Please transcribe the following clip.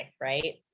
right